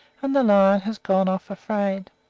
and the lion has gone off afraid.